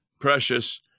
precious